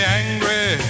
angry